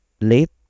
late